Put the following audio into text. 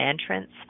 entrance